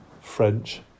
French